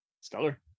Stellar